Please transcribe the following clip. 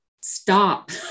Stop